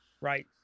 right